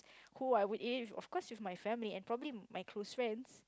who I would I eat with of course with my family and probably my close friends